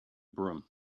broom